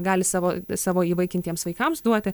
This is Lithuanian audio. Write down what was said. gali savo savo įvaikintiems vaikams duoti